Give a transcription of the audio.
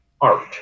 art